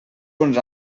uns